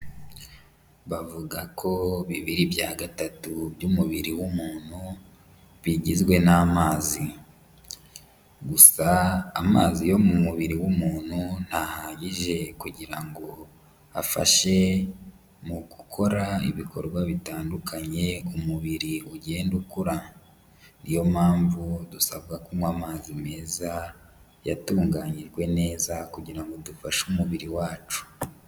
Bavuga ko bibiri bya gatatu by'umubiri w'umuntu bigizwe n'amazi, gusa amazi yo mu mubiri w'umuntu ntahagije kugira ngo afashe mu gukora ibikorwa bitandukanye umubiri ugenda ukora, niyo mpamvu dusabwa kunywa amazi meza yatunganyijwe neza kugira ngo dufashe umubiri wacu.